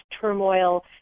turmoil